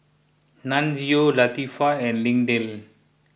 Nunzio Latifah and Lindell